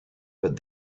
but